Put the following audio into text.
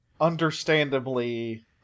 understandably